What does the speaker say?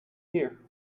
here